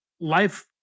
life